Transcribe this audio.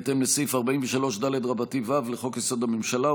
בהתאם לסעיף 43ד(ו) לחוק-יסוד: הממשלה,